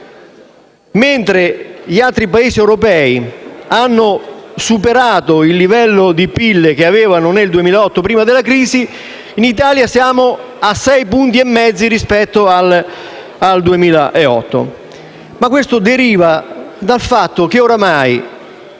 Mentre gli altri Paesi europei hanno superato il livello di PIL che avevano nel 2008, prima della crisi, in Italia siamo a 6,5 punti percentuali rispetto al 2008. Ciò deriva dal fatto che ormai